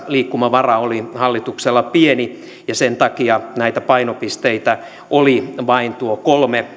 liikkumavara oli hallituksella pieni ja sen takia näitä painopisteitä oli vain nuo kolme